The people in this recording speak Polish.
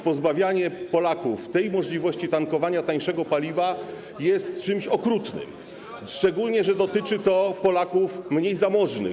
Pozbawianie Polaków w tym czasie możliwości tankowania tańszego paliwa jest czymś okrutnym, szczególnie że dotyczy to Polaków mniej zamożnych.